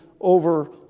over